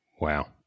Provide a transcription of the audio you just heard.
Wow